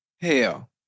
Hell